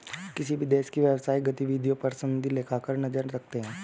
किसी भी देश की व्यवसायिक गतिविधियों पर सनदी लेखाकार नजर रखते हैं